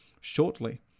shortly